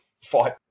fight